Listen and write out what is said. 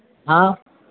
हाँ